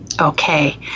Okay